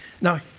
Now